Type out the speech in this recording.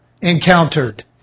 encountered